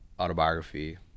Autobiography